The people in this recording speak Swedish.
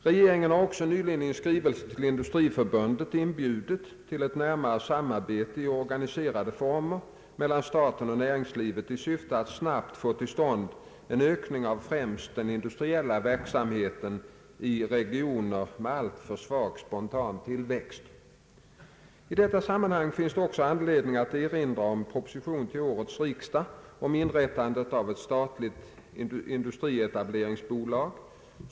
Regeringen har också nyligen i en skrivelse till Industriförbundet inbjudit till ett närmare samarbete i organiserade former mellan staten och näringslivet i syfte att snabbt få till stånd en ökning av främst den industriella verksamheten i regioner med alltför svag spontan tillväxt. I detta sammanhang finns det också anledning att erinra om propositionen till årets riksdag om inrättandet av ett statligt industrietableringsbolag.